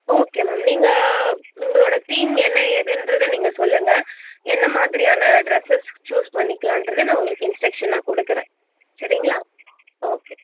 okay ma'am நீங்கள் உங்களோடய theme என்ன ஏதுங்றத நீங்கள் சொல்லுங்க என்ன மாதிரியான ட்ரெஸ்ஸஸ் சூஸ் பண்ணிக்கலாங்றத நான் உங்களுக்கு இன்ஸ்ட்ரெக்ஷன் நான் கொடுக்குறேன் சரிங்களா ஓகே